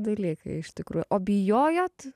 dalyką iš tikrųjų o bijojot